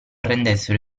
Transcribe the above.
rendessero